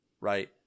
Right